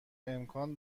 امکان